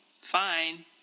fine